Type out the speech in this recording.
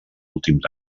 últims